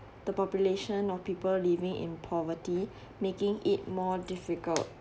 the population of people living in poverty making it more difficult